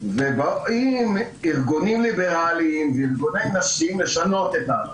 ובאים ארגונים ליברליים וארגוני נשים לשנות את זה.